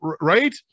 right